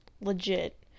legit